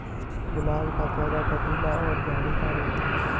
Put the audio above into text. गुलाब का पौधा कटीला और झाड़ीदार होता है